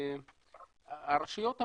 הרשויות המקומיות,